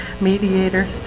Mediators